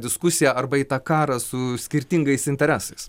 diskusiją arba į tą karą su skirtingais interesais